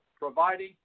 providing